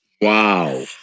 Wow